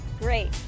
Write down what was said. Great